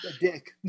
dick